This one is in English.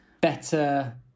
better